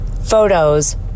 photos